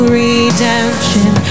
redemption